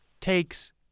takes